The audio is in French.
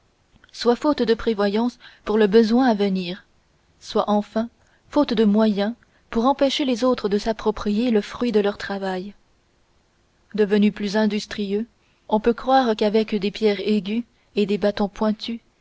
soit faute de prévoyance pour le besoin à venir soit enfin faute de moyens pour empêcher les autres de s'approprier le fruit de leur travail devenus plus industrieux on peut croire qu'avec des pierres aiguës et des bâtons pointus